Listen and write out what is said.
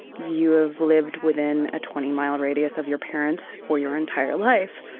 you have lived within a twenty mile radius of your parents for your entire life.